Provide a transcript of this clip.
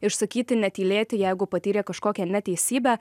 išsakyti netylėti jeigu patyrė kažkokią neteisybę